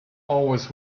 always